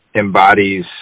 embodies